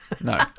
No